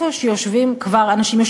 במקום שכבר יושבים אנשים.